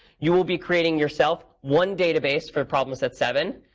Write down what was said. you will be creating yourself one database for problem set seven.